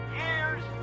years